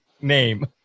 name